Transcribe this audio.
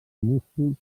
músculs